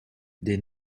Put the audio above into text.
des